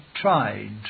tried